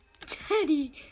Teddy